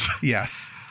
yes